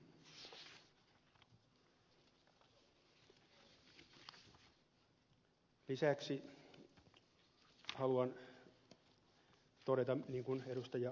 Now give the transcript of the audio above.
lisäksi haluan todeta niin kuin ed